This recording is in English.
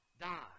die